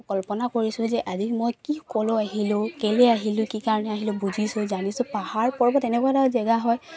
কল্পনা কৰিছো যে আজি মই কি কলৈ আহিলো কেলে আহিলো কি কাৰণে আহিলো বুজিছো জানিছো পাহাৰ পৰ্বত এনেকুৱা এটা জেগা হয়